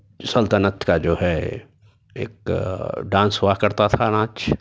سلطنت کا جو ہے ایک ڈانس ہُوا کرتا تھا ناچ